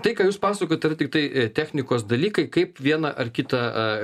tai ką jūs pasakojat yra tiktai technikos dalykai kaip vieną ar kitą